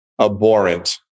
abhorrent